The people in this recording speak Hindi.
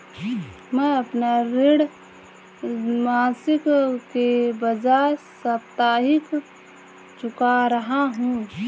मैं अपना ऋण मासिक के बजाय साप्ताहिक चुका रहा हूँ